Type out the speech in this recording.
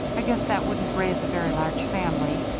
i guess that wouldn't raise a very large family.